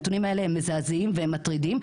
הנתונים האלה הם מזעזעים והם מטרידים,